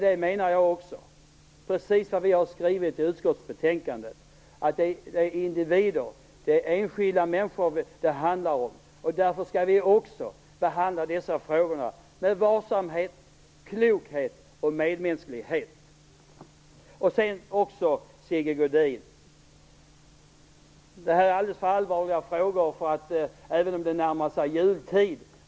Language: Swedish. Jag menar att det, precis som vi har skrivit i utskottsbetänkandet, handlar om individer och enskilda människor. Därför skall vi också behandla dessa frågor med varsamhet, klokhet och medmänsklighet. Det närmar sig jultid och man känner sig attraherad av att säga någonting om jultomten.